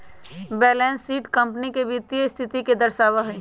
balance sheet company के वित्तीय स्थिति के दर्शावा हई